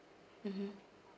mmhmm